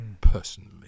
Personally